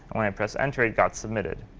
when i press enter, it got submitted.